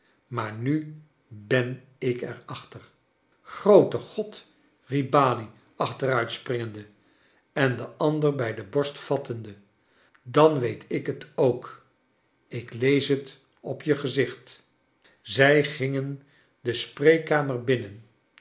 maar nu ben ik er achter g roote god riep balie achteruit springende en den ander bij de borst vattende dan weet ik het ook t ik lees het op je gezicht zij gingen de spreekkamer binnen